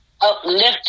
uplifting